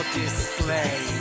display